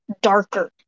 darker